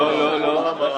לא, לא.